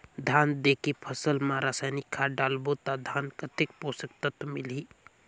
धान देंके फसल मा रसायनिक खाद डालबो ता धान कतेक पोषक तत्व मिलही?